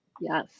Yes